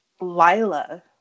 Lila